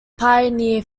pioneer